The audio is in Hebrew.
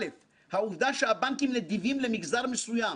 א) העובדה שהבנקים נדיבים למגזר מסוים